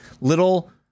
little